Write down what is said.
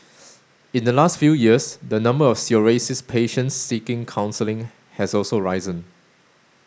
in the last few years the number of psoriasis patients seeking counselling has also risen